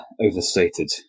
overstated